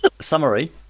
summary